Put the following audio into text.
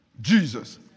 Jesus